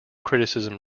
criticism